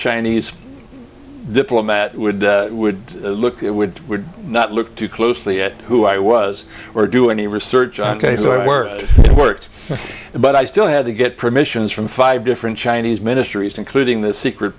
chinese diplomat would would look it would not look too closely at who i was or do any research on so i worked worked but i still had to get permissions from five different chinese ministries including the secret